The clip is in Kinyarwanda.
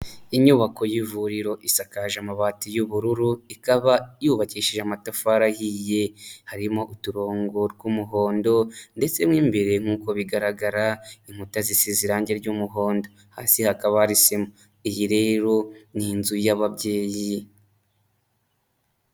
Inyubako y'ivuriro isakaje amabati y'ubururu, ikaba yubakishije amatafari ahiye. Harimo uturongo tw'umuhondo ndetse mu imbere nk'uko bigaragara inkuta zisize irangi ry'umuhondo, hasi hakaba hari sima, iyi rero ni inzu y'ababyeyi.